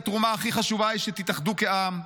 התרומה הכי חשובה היא שתתאחדו כעם,